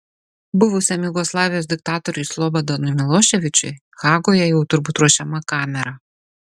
buvusiam jugoslavijos diktatoriui slobodanui miloševičiui hagoje jau turbūt ruošiama kamera